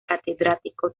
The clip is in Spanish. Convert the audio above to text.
catedrático